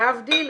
להבדיל,